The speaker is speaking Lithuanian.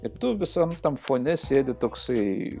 ir tu visam tam fone sėdi toksai